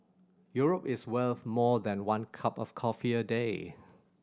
Europe is worth more than one cup of coffee a day